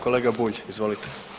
Kolega Bulj, izvolite.